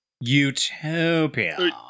utopia